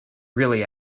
really